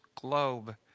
globe